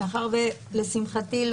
מאחר ולשמחתי,